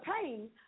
pain